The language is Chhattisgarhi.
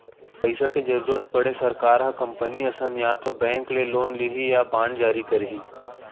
पइसा के जरुरत पड़े सरकार ह कंपनी असन या तो बेंक ले लोन लिही या बांड जारी करही